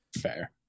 Fair